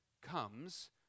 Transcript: comes